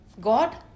God